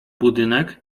budynek